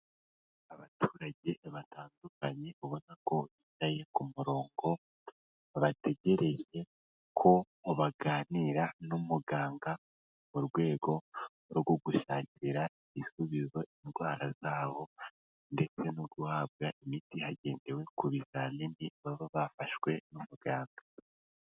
Abaturage batandukanye ubona ko bicaye ku murongo bategereje ko baganira n'umuganga, mu rwego rwo gushakira ibisubizo indwara zabo ndetse no guhabwa imiti hagendewe ku bizamini baba bafashwe n'umuganga.